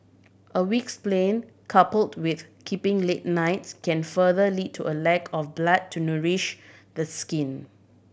a weak spleen coupled with keeping late nights can further lead to a lack of blood to nourish the skin